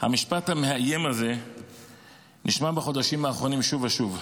המשפט המאיים הזה נשמע בחודשים האחרונים שוב ושוב.